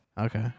Okay